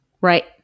Right